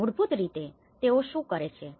અને મૂળભૂત રીતે તેઓ શું કરે છે